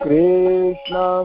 Krishna